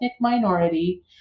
minority